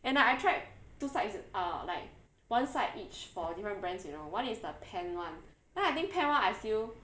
and like I tried two sides uh like one side each for different brands you know one is the pen [one] then I think pen [one] I feel